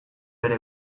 bere